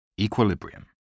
Equilibrium